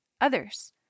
others